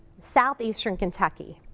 southeastern kentucky.